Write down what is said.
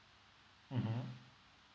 mmhmm